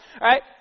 Right